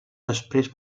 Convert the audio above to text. després